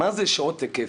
מה זה שעות היקף?